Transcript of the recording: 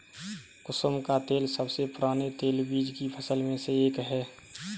कुसुम का तेल सबसे पुराने तेलबीज की फसल में से एक है